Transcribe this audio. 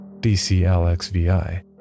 DCLXVI